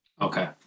Okay